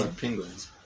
penguins